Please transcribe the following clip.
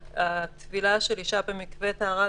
אפשרנו את הטבילה של אישה במקווה טהרה,